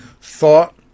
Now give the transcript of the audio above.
thought